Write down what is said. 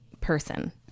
person